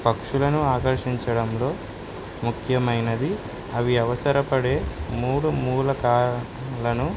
పక్షులను ఆకర్షించడంలో ముఖ్యమైనది అవి అవసరపడే మూడు మూలకాాలను